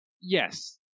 yes